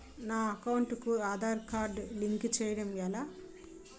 నా అకౌంట్ కు Aadhaar card link చేయడం ఎలా?